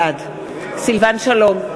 בעד סילבן שלום,